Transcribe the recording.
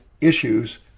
issues